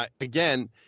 again